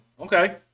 Okay